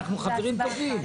אנחנו הרי חברים טובים.